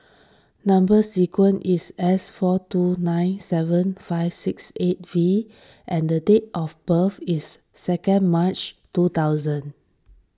Number Sequence is S four two nine seven five six eight V and the date of birth is second March two thousand